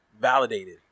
validated